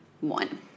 One